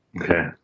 Okay